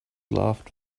laughed